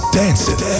dancing